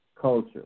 culture